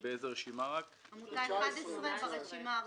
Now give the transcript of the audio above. עמותה 11 ברשימה הראשונה.